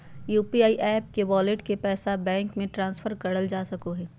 UPI app के wallet के पैसा बैंक मे ट्रांसफर करल जा सको हय